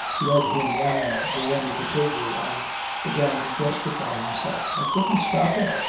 led him round the end of the table and began to justify himself. i couldn't stop him,